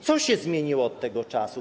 Co się zmieniło od tego czasu?